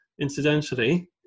Incidentally